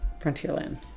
Frontierland